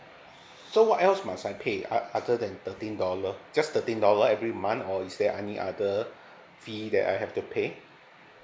so what else must I pay o~ other than thirteen dollar just thirteen dollar every month or is there any other fee that I have to pay